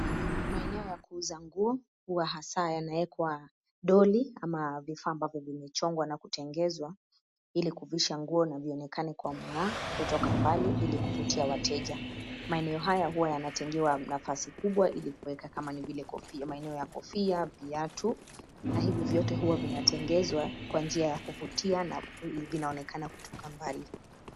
Maeneo ya kuuza nguo huwa hasa yanawekwa dolly ama vifaa ambavyo vimechonga na kutengenezwa ili kuvishwa nguo na vionekane kutoka mbali ili kuvutia wateja. Maeneo haya huwa yanatengewa nafasi kubwa ili kuweka kama vile maeneo ya kofia, viatu na hivi vyote huwa vinatengenezwa kwa njia ya kuvutia na vinaonekana kutoka mbali.